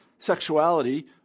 sexuality